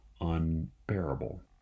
unbearable